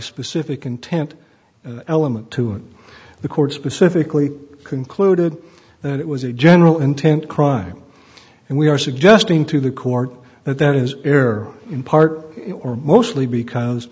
specific intent element to it the court specifically concluded that it was a general intent crime and we are suggesting to the court that that is error in part or mostly because